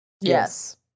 Yes